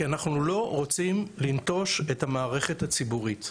כי אנחנו לא רוצים לנטוש את המערכת הציבורית.